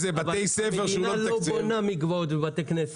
העיריה לא בונה מקוואות ובתי כנסת.